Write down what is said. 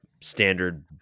standard